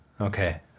okay